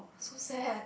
so sad